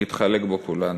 נתחלק בו כולנו.